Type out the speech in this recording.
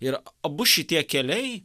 ir abu šitie keliai